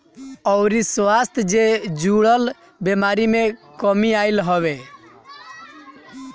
अउरी स्वास्थ्य जे जुड़ल बेमारी में कमी आईल हवे